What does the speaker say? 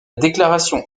déclaration